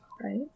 Right